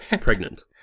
Pregnant